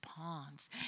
pawns